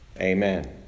Amen